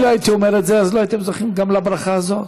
אם לא הייתי אומר את זה לא הייתם זוכים גם לברכה הזאת.